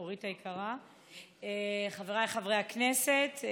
אורית היקרה, חבריי חברי הכנסת,